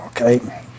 Okay